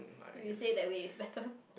if you say that way is better